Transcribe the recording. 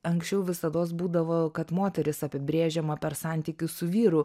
anksčiau visados būdavo kad moteris apibrėžiama per santykį su vyru